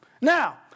Now